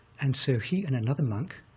and so he and another monk